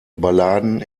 balladen